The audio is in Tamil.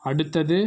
அடுத்தது